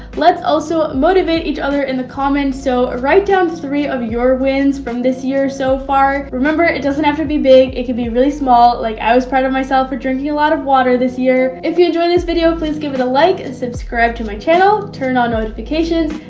let's also motivate each other in the comments so write down three of your wins from this year so far, remember, it doesn't have to be big, it could be really small, like i was proud of myself for drinking a lot of water this year! if you enjoyed this video, please give it a like and subscribe to my channel, turn on notifications,